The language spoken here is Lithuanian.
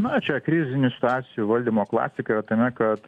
na čia krizinių situacijų valdymo klasika yra tame kad